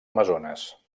amazones